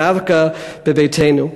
דווקא בביתנו.